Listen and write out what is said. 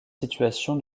situation